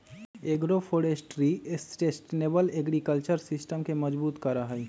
agroforestry sustainable agriculture system के मजबूत करा हई